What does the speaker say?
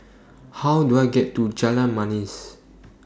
How Do I get to Jalan Manis